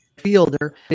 Fielder